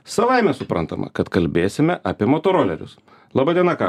savaime suprantama kad kalbėsime apie motorolerius laba diena ką